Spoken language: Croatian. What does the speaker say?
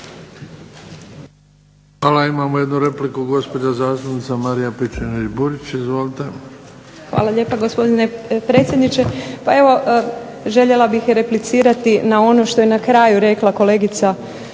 Hvala. Imamo jednu repliku, gospođa zastupnica Marija Pejčinović Burić. Izvolite. **Pejčinović Burić, Marija (HDZ)** Hvala lijepa gospodine predsjedniče. Pa evo željela bih replicirati na ono što je na kraju rekla kolegica